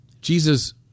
Jesus